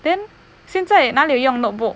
then 现在哪里有用 notebook